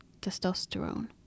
testosterone